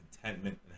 contentment